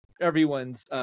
everyone's